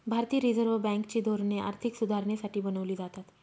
भारतीय reserve bank ची धोरणे आर्थिक सुधारणेसाठी बनवली जातात